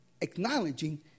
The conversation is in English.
acknowledging